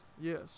Yes